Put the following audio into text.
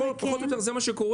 פחות או יותר זה מה שקורה.